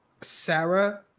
Sarah